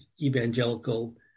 evangelical